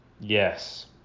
Yes